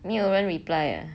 没有人 reply ah